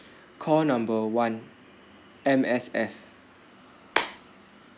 call number one M_S_F